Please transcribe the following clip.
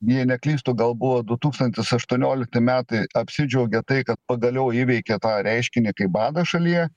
jei neklystu gal buvo du tūkstantis aštuoniolikti metai apsidžiaugė tai kad pagaliau įveikė tą reiškinį kaip badą šalyje